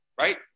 right